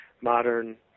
modern